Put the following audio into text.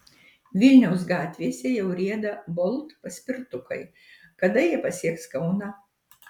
vilniaus gatvėse jau rieda bolt paspirtukai kada jie pasieks kauną